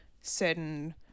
certain